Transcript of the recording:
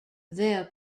their